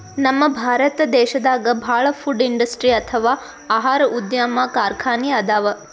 ನಮ್ ಭಾರತ್ ದೇಶದಾಗ ಭಾಳ್ ಫುಡ್ ಇಂಡಸ್ಟ್ರಿ ಅಥವಾ ಆಹಾರ ಉದ್ಯಮ್ ಕಾರ್ಖಾನಿ ಅದಾವ